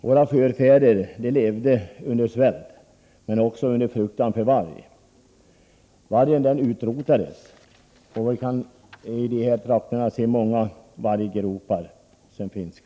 Våra förfäder levde under svält och också under fruktan för varg. Vargen utrotades — många varggropar finns fortfarande kvar i de här trakterna.